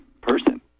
person